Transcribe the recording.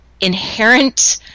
inherent